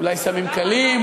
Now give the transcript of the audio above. אולי סמים קלים,